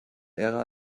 ära